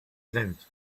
ground